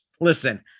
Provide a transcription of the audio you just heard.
Listen